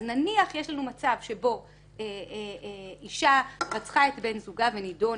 אז נניח שיש לנו מצב שבו אישה רצחה את בן זוגה ונידונה,